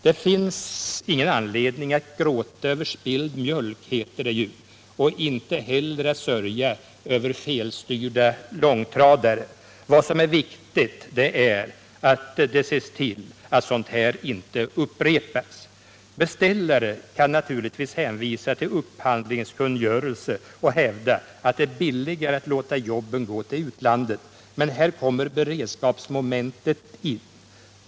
Det finns ingen an Tisdagen den ledning att gråta över spilld mjölk, heter det ju, och inte heller att sörja 13 december 1977 över felstyrda långtradare. Vad som är viktigt är att vi ser till att sådant = här inte upprepas. Försörjningsbered Beställarna kan naturligtvis hänvisa till upphandlingskungörelsen och = skapen på tekoomman kan hävda att det är billigare att låta jobben gå till utlandet, men = rådet här kommer beredskapsmomentet in.